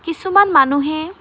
কিছুমান মানুহে